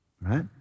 Right